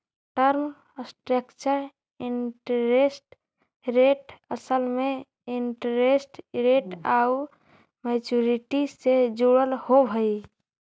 term structure interest rate असल में interest rate आउ मैच्योरिटी से जुड़ल होवऽ हई